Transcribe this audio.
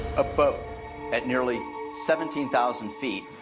a boat at nearly seventeen thousand feet.